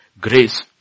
Grace